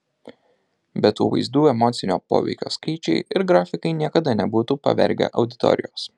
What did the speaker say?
be tų vaizdų emocinio poveikio skaičiai ir grafikai niekada nebūtų pavergę auditorijos